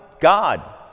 God